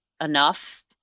enough